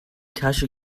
tasche